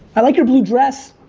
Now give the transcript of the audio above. i like your blue dress.